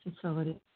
facility